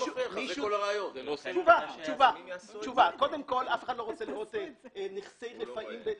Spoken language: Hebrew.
אף אחד לא רוצה לראות נכסי רפאים,